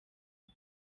ubu